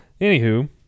Anywho